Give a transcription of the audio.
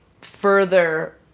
further